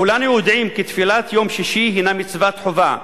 כולנו יודעים כי תפילת יום שישי הנה מצוות חובה,